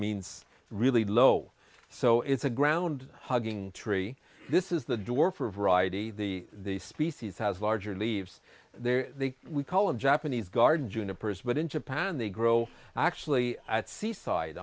means really low so it's a ground hugging tree this is the door for variety the the species has larger leaves there we call it japanese garden juniper's but in japan they grow actually at sea side